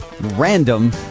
Random